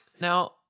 Now